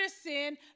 sin